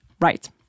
Right